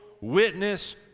witness